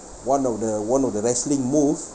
one of the one of the wrestling move